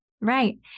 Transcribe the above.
Right